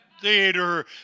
theater